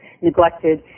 neglected